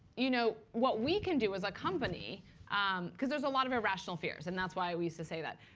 you know what we can do as a company um because there's a lot of irrational fears, and that's why we used to say that.